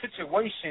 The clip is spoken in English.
situation